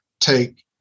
take